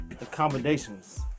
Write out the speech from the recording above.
accommodations